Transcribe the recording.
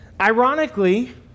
Ironically